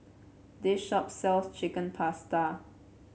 this shop sells Chicken Pasta